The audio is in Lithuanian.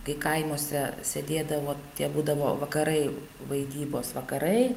kai kaimuose sėdėdavo tie būdavo vakarai vaidybos vakarai